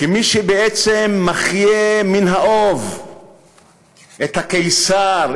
כמי שבעצם מחיה מן האוב את הקיסר,